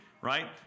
right